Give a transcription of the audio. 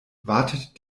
wartet